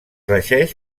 regeix